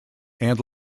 and